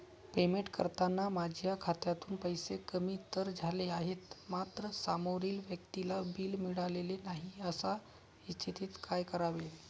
Payment करताना माझ्या खात्यातून पैसे कमी तर झाले आहेत मात्र समोरील व्यक्तीला बिल मिळालेले नाही, अशा स्थितीत काय करावे?